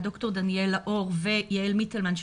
ד"ר דניאלה אור ויעל מיטלמן,